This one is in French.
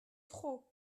trop